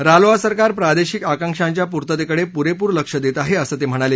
रालोआ सरकार प्रादेशिक आकांक्षांच्या पूर्ततेकडे पुरेपूर लक्ष देत आहे असं ते म्हणाले